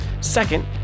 Second